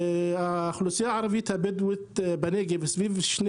האוכלוסייה הבדואית בנגב סביב שני